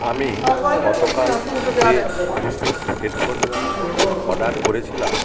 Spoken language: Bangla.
আমি গতকাল যে ব্লুটুথ হেডফোনটি অর্ডার করেছিলাম